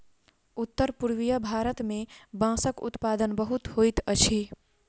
उत्तर पूर्वीय भारत मे बांसक उत्पादन बहुत होइत अछि